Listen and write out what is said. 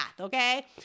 Okay